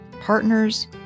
Partners